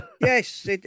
yes